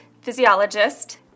physiologist